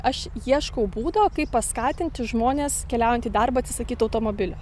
aš ieškau būdo kaip paskatinti žmones keliaujant į darbą atsisakyt automobilio